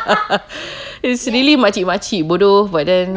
it's really makcik makcik bodoh but then